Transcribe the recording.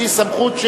היא סמכות,